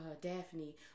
Daphne